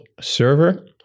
server